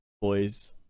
boys